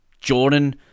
Jordan